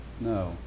No